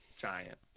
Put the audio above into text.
Giant